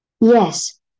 Yes